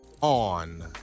on